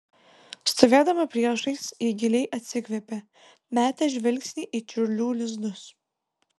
stovėdama priešais ji giliai atsikvėpė metė žvilgsnį į čiurlių lizdus